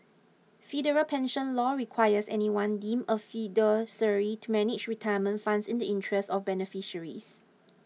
federal pension law requires anyone deemed a fiduciary to manage retirement funds in the interests of beneficiaries